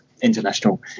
international